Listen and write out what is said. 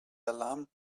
alarm